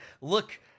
look